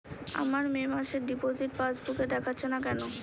আমার মে মাসের ডিপোজিট পাসবুকে দেখাচ্ছে না কেন?